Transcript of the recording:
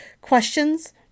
questions